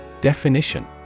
Definition